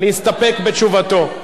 להסתפק בתשובתו?